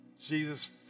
Jesus